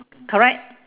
correct